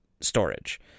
storage